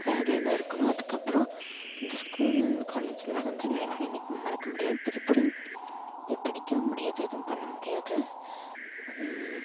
வேலையில் இருக்கணும் அதுக்கப்புறம் இந்த ஸ்கூல் அண்ட் காலேஜ் லைஃப் வந்து லைஃப்பில் என்றைக்குமே மறக்க முடியாது திருப்படியும் போய் படிக்கவும் முடியாது எதுவும் பண்ண முடியாது